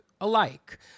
alike